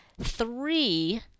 three